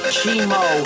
Chemo